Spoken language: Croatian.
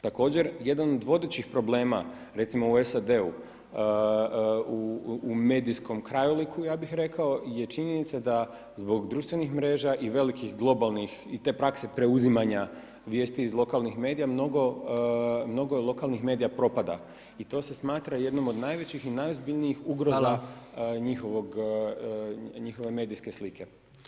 Također jedan od vodećih problema recimo u SAD-u u medijskom krajoliku ja bih rekao, je činjenica da zbog društvenih i velikih globalnih i te prakse preuzimanja vijesti iz lokalnih medija mnogo lokalnih medija propada i to se smatra jednim od najvećih i najozbiljnijih ugroza njihove medijske slike.